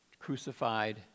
crucified